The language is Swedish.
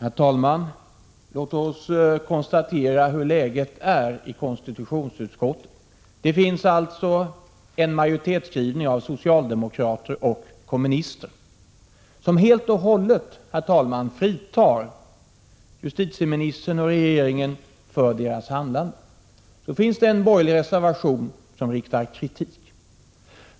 Herr talman! Låt oss konstatera hur läget är i konstitutionsutskottet. Det finns en majoritetsskrivning av socialdemokrater och kommunister som helt och hållet fritar justitieministern och regeringen från ansvar för sitt handlande. Så finns det en borgerlig reservation som riktar kritik.